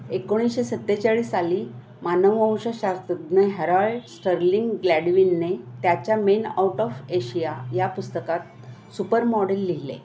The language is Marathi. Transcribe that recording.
एकोणीशे सत्तेचाळीससाली मानववंश शास्रज्ञ हॅरॉल्ड स्टर्लिंग ग्लॅडविनने त्याच्या मेन आउट ऑफ एशिया या पुस्तकात सुपर मॉडेल लिहिले